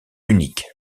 unique